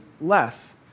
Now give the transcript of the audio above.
less